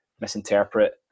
misinterpret